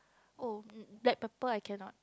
!oh! black pepper I cannot